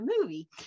movie